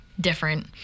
different